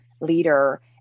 leader